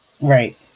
right